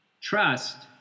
Trust